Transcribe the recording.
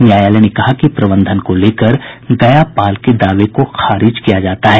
न्यायालय ने कहा कि प्रबंधन को लेकर गया पाल के दावे को खारिज किया जाता है